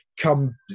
come